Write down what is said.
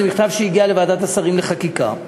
זה מכתב שהגיע לוועדת השרים לחקיקה.